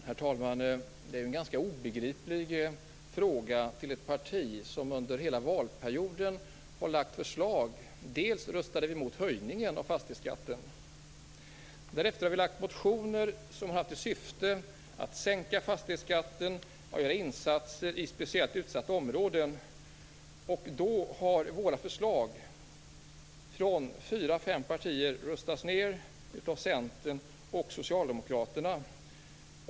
Herr talman! Det är en ganska obegriplig fråga till en företrädare för ett parti som under hela valperioden har lagt fram förslag om en sänkning av fastighetsskatten. Dels röstade vi emot en höjning av fastighetsskatten, dels har vi lagt fram motioner som haft till syfte att sänka fastighetsskatten och göra insatser i speciellt utsatta områden. Men våra förslag har röstats ned av fyra fem partier, bl.a. av Centern och Socialdemokraterna.